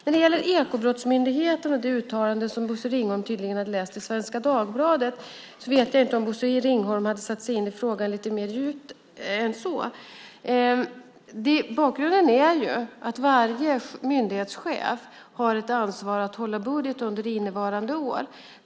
När det gäller Ekobrottsmyndigheten och det uttalande som Bosse Ringholm tydligen hade läst i Svenska Dagbladet vet jag inte om Bosse Ringholm hade satt sig in i frågan lite djupare än så. Bakgrunden är att varje myndighetschef har ett ansvar att hålla budget under innevarande år.